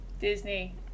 Disney